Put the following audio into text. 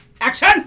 action